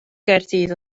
gaerdydd